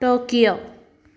Tokyo